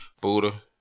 Buddha